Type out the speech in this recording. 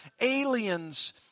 aliens